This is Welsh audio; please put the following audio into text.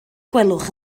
gwelwch